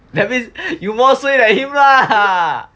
that means you more suay than him lor